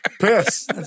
Piss